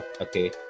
Okay